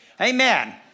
Amen